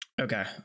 okay